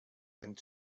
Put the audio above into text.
and